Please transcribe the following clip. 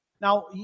Now